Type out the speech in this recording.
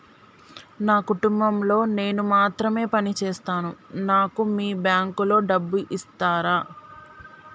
నా కుటుంబం లో నేను మాత్రమే పని చేస్తాను నాకు మీ బ్యాంకు లో డబ్బులు ఇస్తరా?